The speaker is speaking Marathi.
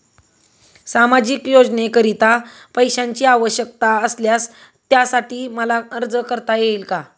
सामाजिक योजनेकरीता पैशांची आवश्यकता असल्यास त्यासाठी मला अर्ज करता येईल का?